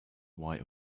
white